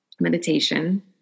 meditation